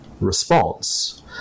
response